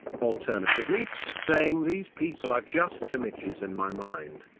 alternatively, saying these people are just images in my mind,